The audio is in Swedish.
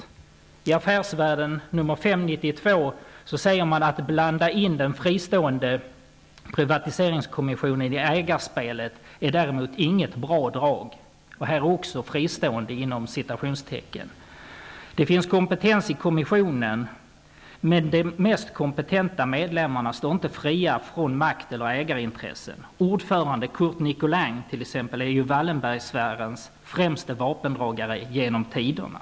I tidningen Affärsvärlden nr 5/92 står det: Att blanda in den fristående privatiseringskommissionen i ägarspelet är däremot inget bra drag. Även här har ordet fristående försetts med citationstecken. Det finns kompetens i kommissionen. Men de mest kompetenta medlemmarna står inte fria från makteller ägarintressen. Ordförande Curt Nicolin t.ex. är ju Wallenbergsfärens främste vapendragare genom tiderna.